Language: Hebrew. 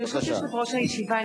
ברשות יושב-ראש הישיבה,